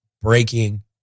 breaking